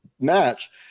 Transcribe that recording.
match